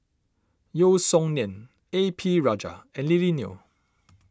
Yeo Song Nian A P Rajah and Lily Neo